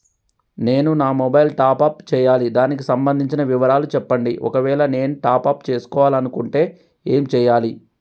నేను నా mobile top up చేయాలి దానికి సంబంధించిన వివరాలు చెప్పండి ఒకవేళ నేను టాప్ చేసుకోవాలనుకుంటే ఏం చేయాలి?